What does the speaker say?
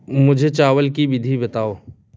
मुझे चावल की विधि बताओ